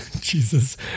Jesus